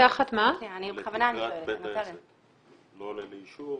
מתחת לתקרת בית העסק זה לא עולה לאישור.